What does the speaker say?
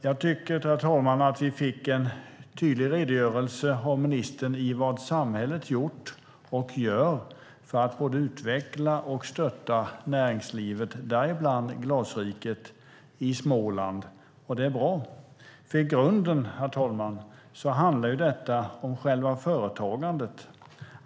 Jag tycker, herr talman, att vi fick en tydlig redogörelse av ministern för vad samhället gjort och gör för att både utveckla och stötta näringslivet, däribland Glasriket i Småland. Och det är bra, för i grunden, herr talman, handlar ju detta om själva företagandet.